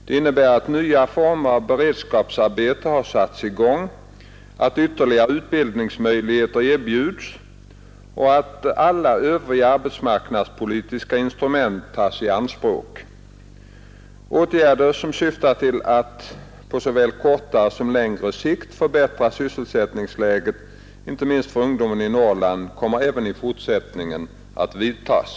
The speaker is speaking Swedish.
Det innebär att nya former av beredskapsarbeten har satts i gång, att ytterligare utbildningsmöjligheter erbjuds och att alla övriga arbetsmarknadspolitiska instrument tas i anspråk. Åtgärder som syftar till att på såväl kortare som längre sikt förbättra sysselsättningsläget inte minst för ungdomen i Norrland kommer även fortsättningsvis att vidtas.